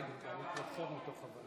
תראה, תראה מה היה פעם.